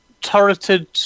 turreted